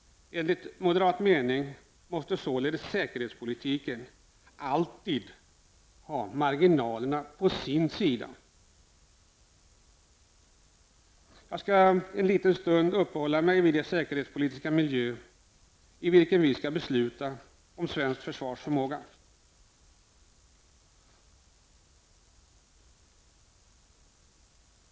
Enligt moderat mening måste således säkerhetspolitiken alltid ha marginalerna på sin sida. Jag skall en stund uppehålla mig vid den säkerhetspolitiska miljö i vilken vi skall besluta om svenskt försvars förmåga.